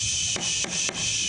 שנייה.